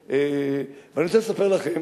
אני רוצה לספר לכם